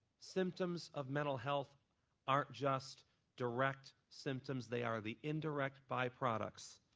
symptoms of mental health aren't just direct symptoms, they are the indirect byproducts